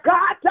God